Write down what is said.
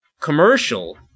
commercial